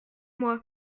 moi